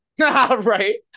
Right